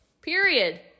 period